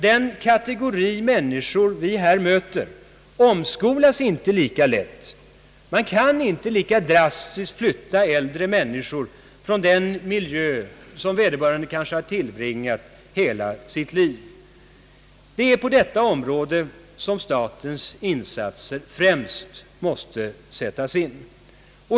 Den kategori människor vi här möter omskolas inte lika lätt, kan inte lika drastiskt flyttas från den miljö, i vilken dessa människor tillbringat kanske hela sitt liv. Det är på detta område som statens insatser främst skall sättas in.